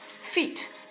feet